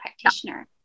practitioner